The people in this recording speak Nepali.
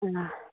ल